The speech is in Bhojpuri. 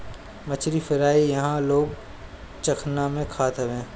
मछरी फ्राई इहां लोग चखना में खात हवे